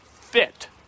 fit